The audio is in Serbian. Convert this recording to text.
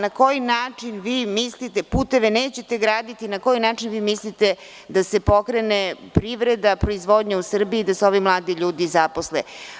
Na koji način vi mislite, puteve nećete graditi, na koji način vi mislite da se pokrene privreda, proizvodnja u Srbiji, da se ovi mladi ljudi zaposle?